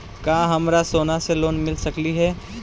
का हमरा के सोना से लोन मिल सकली हे?